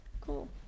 Cool